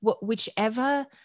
whichever